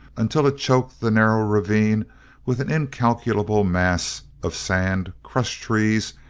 until it choked the narrow ravine with an incalculable mass of sand, crushed trees,